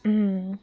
ও